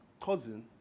cousin